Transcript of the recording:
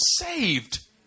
saved